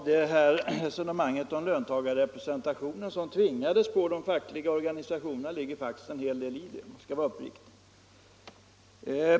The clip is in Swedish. Herr talman! Resonemanget om löntagarrepresentationen som tvingades på de fackliga organisationerna ligger det faktiskt en hel del i, om jag skall vara uppriktig.